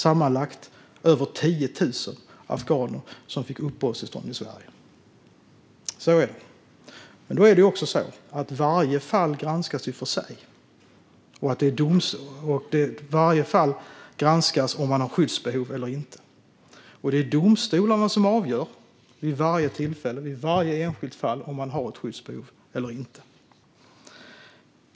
Sammanlagt blev det över 10 000 afghaner som fick uppehållstillstånd i Sverige. Så är det. Men det är också så att varje fall granskas för sig. Varje fall granskas för att se om man har skyddsbehov eller inte, och det är domstolarna som vid varje tillfälle och i varje enskilt fall avgör om man har ett skyddsbehov eller inte.